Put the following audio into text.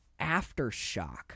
aftershock